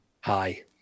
Hi